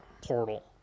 portal